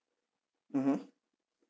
mmhmm